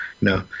no